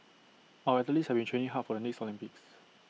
our athletes have been training hard for the next Olympics